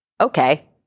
Okay